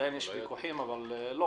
עדיין יש ויכוחים, אבל ברור